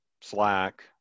Slack